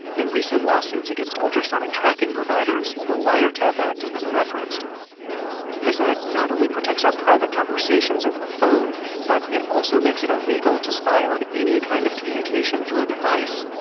in recent lawsuits against ultrasonic tracking providers, the wiretap act has been referenced this act not only protects our private conversations over the phone, but it also makes it illegal to spy on any kind of communication through a device.